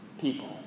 people